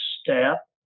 step